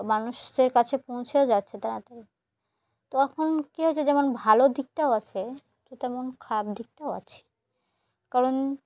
মানুষের কাছে পৌঁছেও যাচ্ছে তাড়াতাড়ি তো এখন কী হয়েছে যেমন ভালো দিকটাও আছে তো তেমন খারাপ দিকটাও আছে কারণ